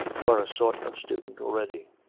you are a sort of student already.